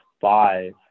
five